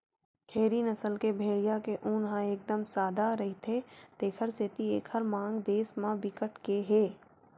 खेरी नसल के भेड़िया के ऊन ह एकदम सादा रहिथे तेखर सेती एकर मांग देस म बिकट के हे